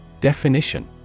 Definition